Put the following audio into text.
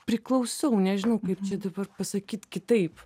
priklausau nežinau kaip dabar pasakyt kitaip